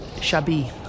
Shabi